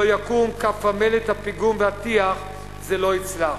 לא יקום, כף המלט, הפיגום והטיח, זה לא יצלח.